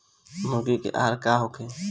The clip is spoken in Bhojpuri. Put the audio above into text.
मुर्गी के आहार का होखे?